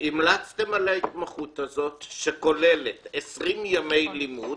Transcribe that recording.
המלצתם על ההתמחות הזאת, שכוללת 20 ימי לימוד